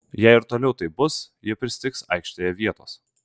jei ir toliau taip bus jie pristigs aikštėje vietos